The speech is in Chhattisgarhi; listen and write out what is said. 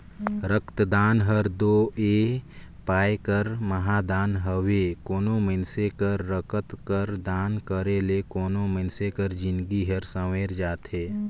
रकतदान हर दो ए पाए कर महादान हवे कोनो मइनसे कर रकत कर दान करे ले कोनो मइनसे कर जिनगी हर संवेर जाथे